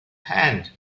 hand